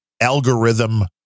algorithm